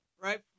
right